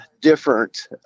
different